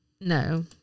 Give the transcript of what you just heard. No